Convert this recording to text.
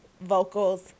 Vocals